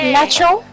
Natural